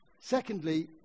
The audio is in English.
Secondly